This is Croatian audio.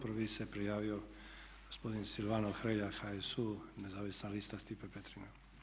Prvi se prijavio gospodin Silvano Hrelja, HSU Nezavisna lista Stipe Petrina.